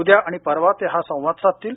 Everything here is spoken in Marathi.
उद्या आणि परवा ते हा संवाद साधतील